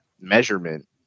measurement